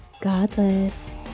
godless